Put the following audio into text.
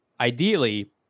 ideally